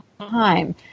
time